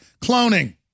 cloning